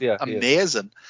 amazing